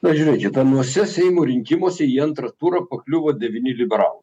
na žiūrėkit anuose seimo rinkimuose į antrą turą pakliuvo devyni liberal